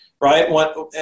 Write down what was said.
right